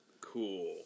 cool